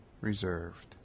reserved